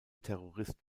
terrorist